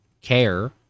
care